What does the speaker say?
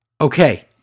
Okay